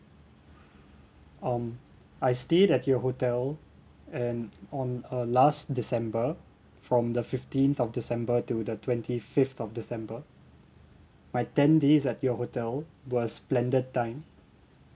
um I stayed at your hotel and on uh last december from the fifteenth of december to the twenty fifth of december my ten days at your hotel was splendid time